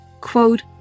quote